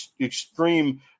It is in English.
extreme